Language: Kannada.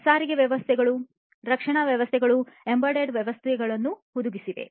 ಸಾರಿಗೆ ವಾಹನಗಳು ರಕ್ಷಣಾ ವ್ಯವಸ್ಥೆಗಳು ಅವುಗಳಲ್ಲಿ ಎಂಬೆಡೆಡ್ ವ್ಯವಸ್ಥೆಗಳನ್ನು ಹುದುಗಿಸಿವೆ